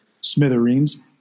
smithereens